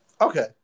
Okay